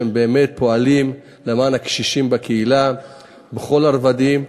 הם באמת פועלים למען הקשישים בקהילה בכל הרבדים.